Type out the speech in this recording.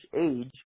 age